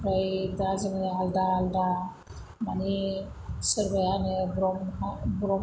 ओमफ्राय दा जोङो आलदा आलदा माने सोरबाया होनो ब्रह्म ब्रह्म